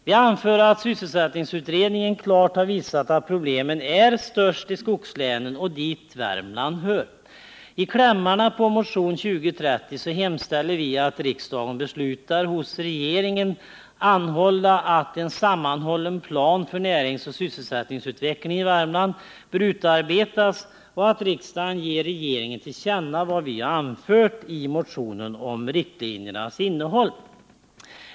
Vi anför att sysselsättningsutredningen klart har visat att problemen är störst i skogslänen, dit Värmland hör. I klämmarna till motionen 2030 hemställer vi att riksdagen beslutar hos regeringen anhålla att en sammanhållen plan för näringsoch sysselsättningsutvecklingen i Värmland bör utarbetas och att riksdagen ger regeringen till känna vad vi i motionen har anfört om riktlinjernas innehåll.